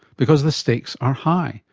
because the stakes are high.